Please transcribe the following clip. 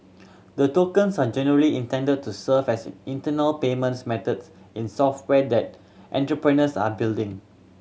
the tokens are generally intended to serve as internal payment methods in software that entrepreneurs are building